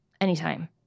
anytime